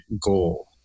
goal